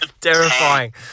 terrifying